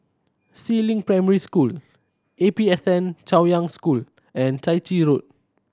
Si Ling Primary School A P S N Chaoyang School and Chai Chee Road